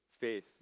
faith